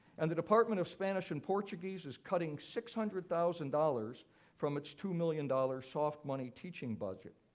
and the department of spanish and portuguese is cutting six hundred thousand dollars from its two million dollars soft-money teaching budget.